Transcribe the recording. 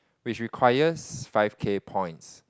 which requires five K points